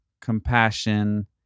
compassion